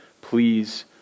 please